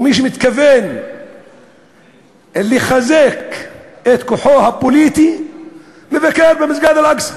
ומי שמתכוון לחזק את כוחו הפוליטי מבקר במסגד אל-אקצא.